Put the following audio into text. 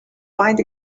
find